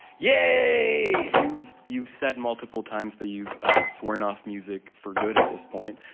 yay! you've you've said multiple times that you've sworn off music for good at this point,